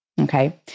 Okay